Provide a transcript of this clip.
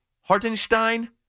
Hartenstein